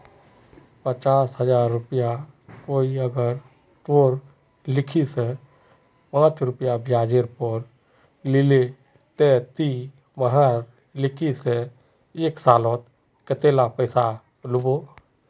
पचास हजार रुपया कोई अगर तोर लिकी से पाँच रुपया ब्याजेर पोर लीले ते ती वहार लिकी से एक सालोत कतेला पैसा लुबो?